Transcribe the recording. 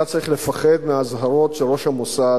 אתה צריך לפחד מהאזהרות של ראש המוסד